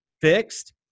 fixed